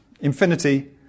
infinity